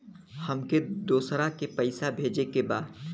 हमके दोसरा के पैसा भेजे के बा?